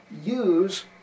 use